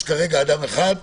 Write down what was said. יש כרגע אדם אחד,